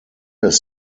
was